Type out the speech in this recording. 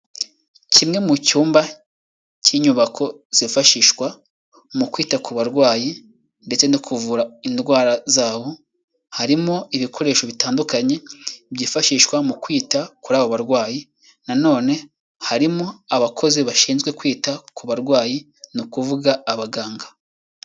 Kimwe mu cyumba cy'inyubako zifashishwa mu kwita ku barwayi ndetse no kuvura indwara zabo harimo ibikoresho bitandukanye byifashishwa mu kwita kuri abo barwayi nanone harimo abakozi bashinzwe kwita ku barwayi ni ukuvuga abaganga.